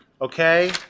Okay